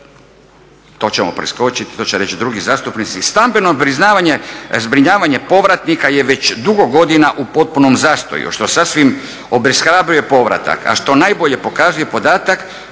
to ćemo preskočiti, to će reći drugi zastupnici. Stambeno zbrinjavanje povratnika je već dugo godina u potpunom zastoju što sasvim obeshrabruje povratak, a što najbolje pokazuje podatak